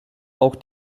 auch